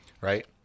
right